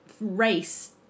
race